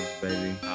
baby